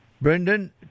Brendan